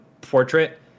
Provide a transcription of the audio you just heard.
portrait